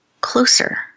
closer